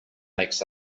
makes